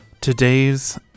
Today's